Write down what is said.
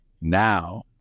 now